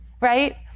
Right